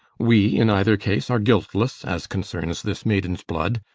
we in either case are guiltless as concerns this maiden's blood,